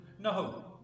No